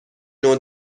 نوع